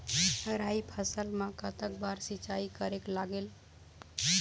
राई फसल मा कतक बार सिचाई करेक लागेल?